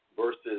versus